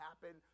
happen